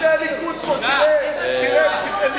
הנה הליכוד, תראה, זה לא